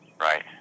Right